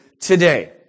today